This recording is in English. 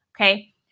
Okay